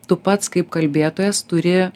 tu pats kaip kalbėtojas turi